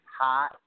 hot